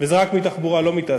וזה רק מתחבורה, לא מתעשייה.